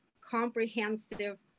comprehensive